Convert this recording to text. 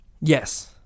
Yes